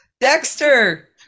Dexter